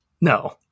No